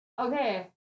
Okay